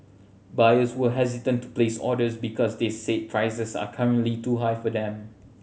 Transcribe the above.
buyers were hesitant to place orders because they said prices are currently too high for them